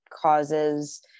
causes